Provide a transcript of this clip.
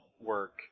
work